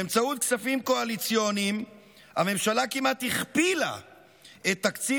באמצעות כספים קואליציוניים הממשלה כמעט הכפילה את תקציב